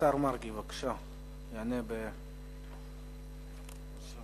השר מרגי יענה בשם